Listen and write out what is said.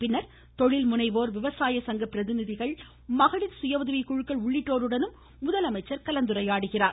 பின்னர் தொழில் முனைவோர் விவசாய சங்க பிரதிநிதிகள் மகளிர் சுயஉதவிக் குழுக்கள் உள்ளிட்டோருடன் முதலமைச்சர் கலந்துரையாடுகிறார்